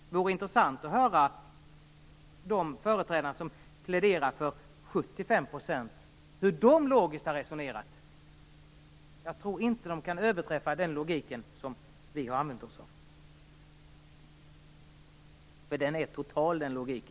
Det vore intressant att höra hur logiskt förespråkarna för 75 % har resonerat. Jag tror inte att de kan överträffa den logik som vi har använt oss av, för den är total.